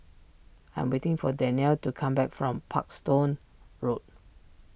I'm waiting for Danniel to come back from Parkstone Road